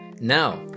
Now